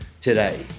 today